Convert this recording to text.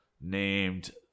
named